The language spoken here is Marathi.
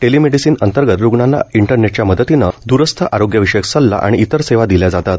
टेलिमेडिसिन अंतर्गत रूग्णांना इंटरनेटच्या मदतीनं दरूस्थ आरोग्यविषयक सल्ला आणि इतर सेवा दिल्या जातात